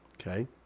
Okay